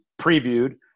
previewed